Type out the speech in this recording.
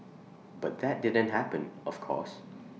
but that didn't happen of course